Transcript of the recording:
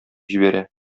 җибәрә